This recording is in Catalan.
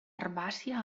herbàcia